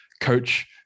coach